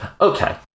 Okay